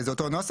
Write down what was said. זה אותו נוסח.